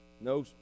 No